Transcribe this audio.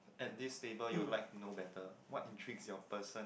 at this table you will like to know better what intrigues your person